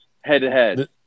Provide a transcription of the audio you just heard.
head-to-head